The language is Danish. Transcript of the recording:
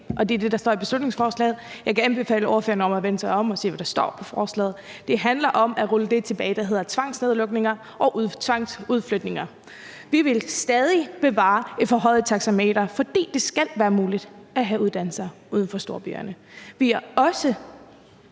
det er det, der står i beslutningsforslaget. Jeg kan anbefale ordføreren at se, hvad der står i forslaget. Det handler om at rulle det tilbage, der hedder tvangsnedlukninger og tvangsudflytninger. Vi vil stadig bevare et forhøjet taxameter, fordi det skal være muligt at tage uddannelse uden for de større byer. Vi er også